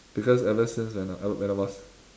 because ever since when I when I was